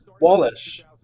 wallace